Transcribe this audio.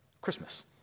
Christmas